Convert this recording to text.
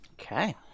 okay